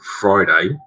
Friday